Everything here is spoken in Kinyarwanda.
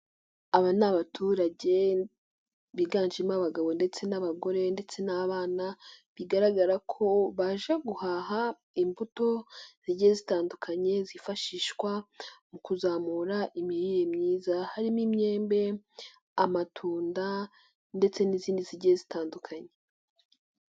Aba ni abaturage biganjemo abagabo ndetse n'abagore ndetse n'abana bigaragara ko baje guhaha imbuto zigiye zitandukanye, zifashishwa mu kuzamura imirire myiza harimo imyembe, amatunda ndetse n'izindi zigiye zitandukanye.